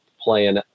playing